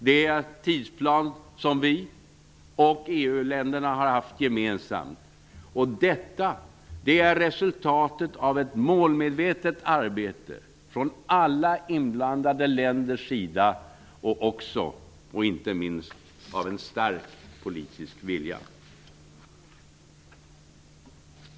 Det är en tidsplan som vi och EU-länderna haft gemensamt. Det är resultatet av ett målmedvetet arbete från alla inblandade länders sida och av inte minst en stark politisk vilja.